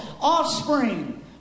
offspring